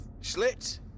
Schlitz